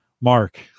mark